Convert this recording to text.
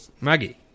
Maggie